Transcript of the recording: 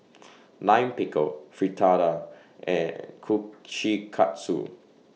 Lime Pickle Fritada and Kushikatsu